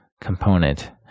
component